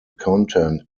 content